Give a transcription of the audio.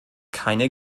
keine